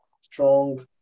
strong